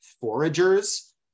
foragers